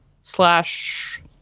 slash